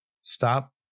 stop